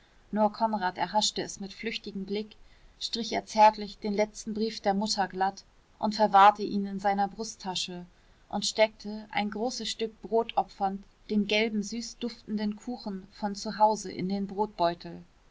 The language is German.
nur konrad erhaschte es mit flüchtigem blick strich er zärtlich den letzten brief der mutter glatt und verwahrte ihn in seiner brusttasche und steckte ein großes stück brot opfernd den gelben süß duftenden kuchen von zu haus in den